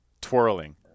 twirling